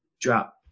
drop